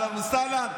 אהלן וסהלן.